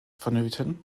vonnöten